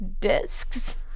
discs